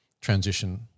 transition